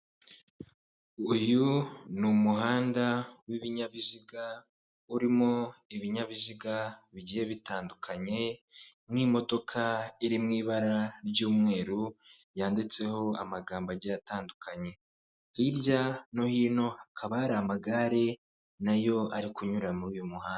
Uyu ni umuhanda w'ibinyabiziga urimo ibinyabiziga bigiye bitandukanye nk'imodoka iri mu ibara ry'umweru yanditseho amagambo agiye atandukanye hirya no hino hakaba hari amagare nayo ari kunyura muri uyu muhanda.